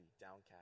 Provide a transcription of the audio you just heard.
downcast